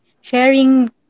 sharing